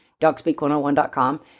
dogspeak101.com